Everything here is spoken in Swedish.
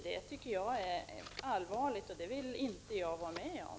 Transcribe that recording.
Det är allvarligt, och det vill inte jag vara med om.